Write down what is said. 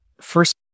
First